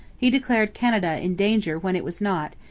he declared canada in danger when it was not,